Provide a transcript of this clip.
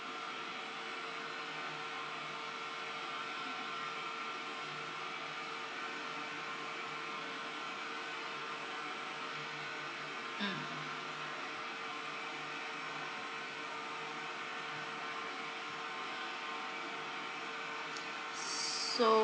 mm so